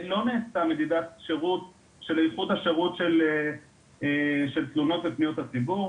לא נעשית מדידת שירות של איכות השירות של תלונות ופניות הציבור.